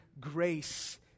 grace